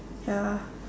ya